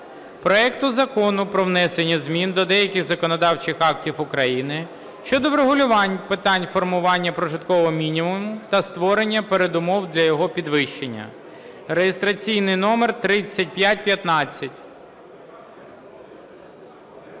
проекту Закону про внесення змін до деяких законодавчих актів України щодо врегулювання питань формування прожиткового мінімуму та створення передумов для його підвищення (реєстраційний номер 3515).